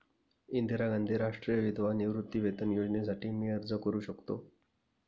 इंदिरा गांधी राष्ट्रीय विधवा निवृत्तीवेतन योजनेसाठी मी अर्ज करू शकतो?